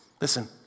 Listen